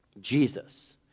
Jesus